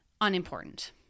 unimportant